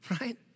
right